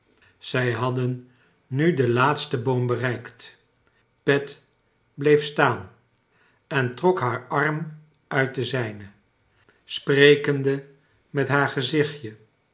zi badden nu den laatsten boom bereikt pet bleef staan en trok baar arm uit den zijnen sprekende met baar gezichtje